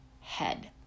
head